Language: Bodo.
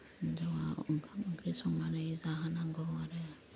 हिनजावा ओंखाम ओंख्रि संनानै जाहोनांगौ आरो